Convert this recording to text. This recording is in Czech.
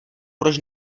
proč